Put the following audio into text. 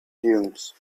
dunes